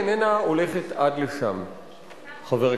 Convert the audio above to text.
עמיתי חברי